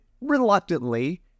reluctantly